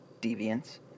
Deviants